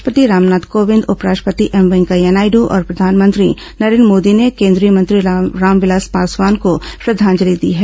राष्ट्रपति रामनाथ कोविंद उपराष्ट्रपति एम वेंकैया नायडू और प्रधानमंत्री नरेन्द्र मोदी ने केन्द्रीय मंत्री रामविलास पासवान को श्रद्धांजलि दी है